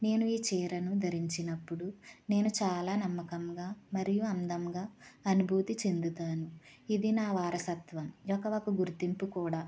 నేను ఈ చీరను ధరించినప్పుడు నేను చాలా నమ్మకంగా మరియు అందంగా అనుభూతి చెందుతాను ఇది నా వారసత్వం యొక ఒక గుర్తింపు కూడా